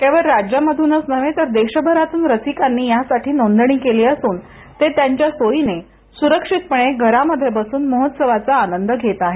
केवळ राज्यामधूनच नव्हे तर देशभरातून रसिकांनी यासाठी नोंदणी केली असून ते त्यांच्या सोयीने सुरक्षितपणे घरामध्ये बसून महोत्सवाचा आस्वाद घेत आहेत